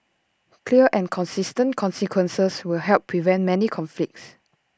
clear and consistent consequences will help prevent many conflicts